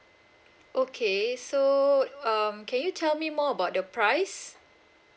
okay so um can you tell me more about the price